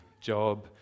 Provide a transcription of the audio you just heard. job